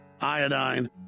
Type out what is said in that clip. iodine